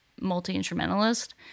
multi-instrumentalist